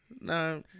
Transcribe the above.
No